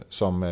som